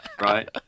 Right